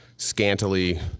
scantily